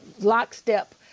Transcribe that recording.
lockstep